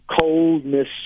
coldness